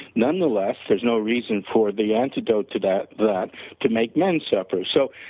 nonetheless there is no reason for the antidote to that that to make men suffer so,